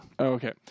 okay